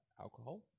alcohol